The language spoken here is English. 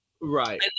Right